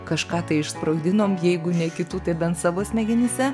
kažką tai išsprogdinom jeigu ne kitų tai bent savo smegenyse